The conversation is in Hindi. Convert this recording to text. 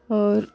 और